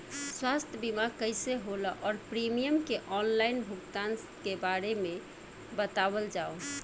स्वास्थ्य बीमा कइसे होला और प्रीमियम के आनलाइन भुगतान के बारे में बतावल जाव?